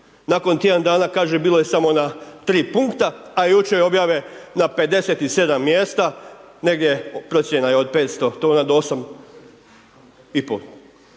Nakon tjedan kaže bilo je samo ona tri punkta a jučer objave na 57 mjesta, negdje procjena je od 500 tona do 8,5